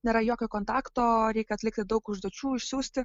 nėra jokio kontakto reik atlikti daug užduočių išsiųsti